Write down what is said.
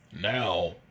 Now